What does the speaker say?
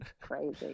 crazy